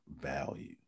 value